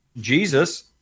Jesus